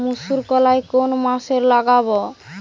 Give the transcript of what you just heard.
মুসুর কলাই কোন মাসে লাগাব?